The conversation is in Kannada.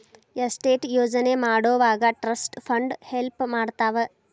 ಎಸ್ಟೇಟ್ ಯೋಜನೆ ಮಾಡೊವಾಗ ಟ್ರಸ್ಟ್ ಫಂಡ್ ಹೆಲ್ಪ್ ಮಾಡ್ತವಾ